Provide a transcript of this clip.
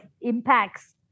impacts